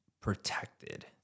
protected